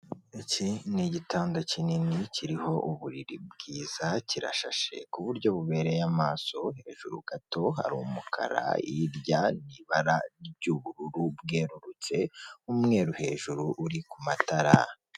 Iki ni igitanda kinini kiriho uburiri bwiza kirashashe kuburyo bubereye amaso, hejuru gato hari umukara hirya ni ibara ry'ubururu bwerurutse, umweru hejuru uri ku matara.